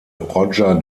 roger